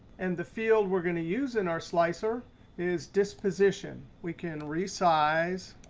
and the field we're going to use in our slicer is disposition. we can resize,